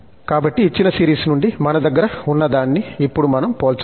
కాబట్టి ఇచ్చిన సిరీస్ నుండి మన దగ్గర ఉన్నదాన్ని ఇప్పుడు మనం పోల్చవచ్చు